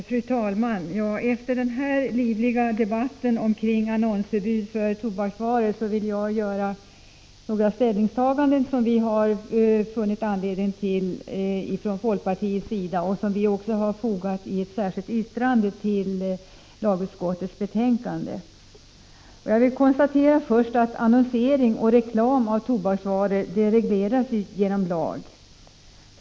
Fru talman! Efter den livliga debatten om annonsförbud för tobaksvaror vill jag redovisa några ställningstaganden som vi har funnit anledning till från folkpartiets sida och som vi också har fogat i ett särskilt yttrande till lagutskottets förslag. Jag vill först konstatera att annonsering och reklam för tobaksvaror regleras genom lag.